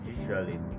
usually